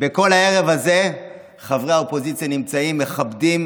בכל הערב הזה חברי האופוזיציה נמצאים, מכבדים